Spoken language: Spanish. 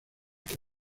que